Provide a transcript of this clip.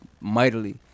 mightily